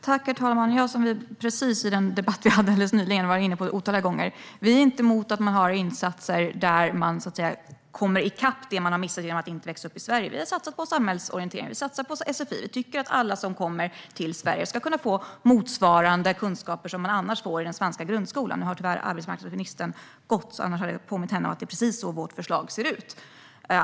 Herr talman! Det är precis som jag sa i den debatt vi hade alldeles nyligen och som vi har varit inne på otaliga gånger. Sverigedemokraterna är inte emot insatser där man kommer i kapp det man har missat genom att inte växa upp i Sverige. Vi har satsat på samhällsorientering och sfi. Vi tycker att alla som kommer till Sverige ska få motsvarande kunskaper som man annars får i den svenska grundskolan. Nu har tyvärr arbetsmarknadsministern gått, annars hade jag påmint henne om att det är precis så vårt förslag ser ut.